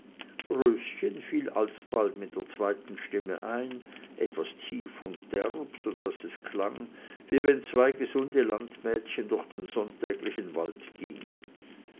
röschen fiel alsbald mit der zweiten stimme ein etwas tief und derb so daß es klang wie wenn zwei gesunde landmädchen durch den sonntäglichen wald gingen